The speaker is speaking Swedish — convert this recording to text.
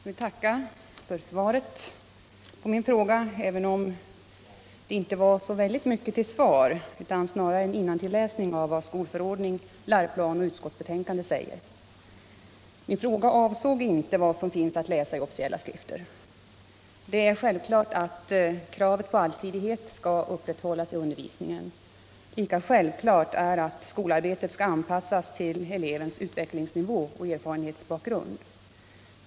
Herr talman! Jag tackar för svaret på min fråga, även om det inte var så särskilt mycket till svar, utan snarare en innantilläsning ur vad skolförordning, läroplaner och utskottsbetänkande säger. Min fråga avsåg inte vad som finns att läsa i officiella skrifter. Det är självklart att kraven på allsidighet skall upprätthållas i undervisningen. Lika självklart är att skolarbetet skall anpassas till elevens utvecklingsnivå och erfarenhets bakgrund.